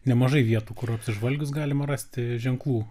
nemažai vietų kur apsižvalgius galima rasti ženklų